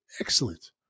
Excellent